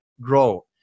grow